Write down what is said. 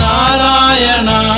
Narayana